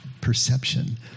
perception